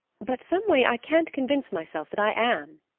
but some way i can't convince myself that i am.